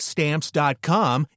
Stamps.com